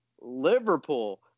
Liverpool